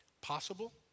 possible